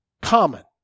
common